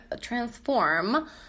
Transform